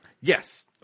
Yes